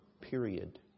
period